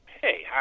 hey